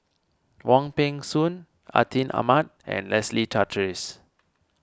Wong Peng Soon Atin Amat and Leslie Charteris